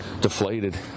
deflated